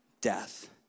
death